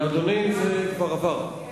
אדוני, זה כבר עבר.